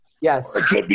Yes